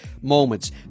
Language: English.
moments